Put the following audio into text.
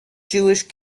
jewish